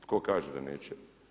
Tko kaže da neće?